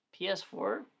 PS4